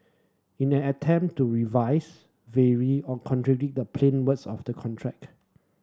in an attempt to revise vary or contradict the plain words of the contract